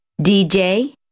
DJ